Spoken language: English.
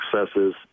successes